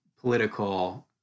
political